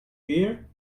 hear